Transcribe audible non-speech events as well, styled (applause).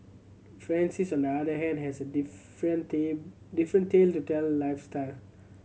Francis on the other hand has a (unintelligible) different tale to tell lifestyle